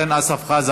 אורן, אורן, בוא רגע.